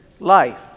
life